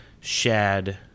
Shad